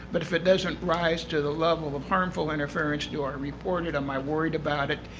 but if it doesn't rise to the level of of harmful interference, do ah i report it? am i worried about it?